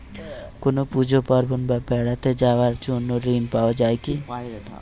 কোনো পুজো পার্বণ বা বেড়াতে যাওয়ার জন্য ঋণ পাওয়া যায় কিনা?